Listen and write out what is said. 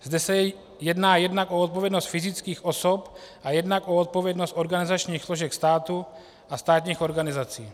Zde se jedná jednak o odpovědnost fyzických osob a jednak o odpovědnost organizačních složek státu a státních organizací.